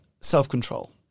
self-control